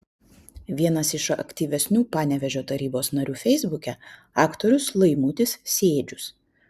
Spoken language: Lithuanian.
vienas iš aktyvesnių panevėžio tarybos narių feisbuke aktorius laimutis sėdžius